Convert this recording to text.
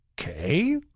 Okay